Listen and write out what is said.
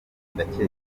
ndakeka